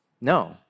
No